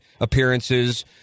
appearances